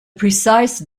precise